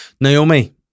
Naomi